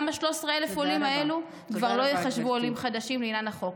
גם 13,000 העולים האלה כבר לא ייחשבו עולים חדשים לעניין החוק.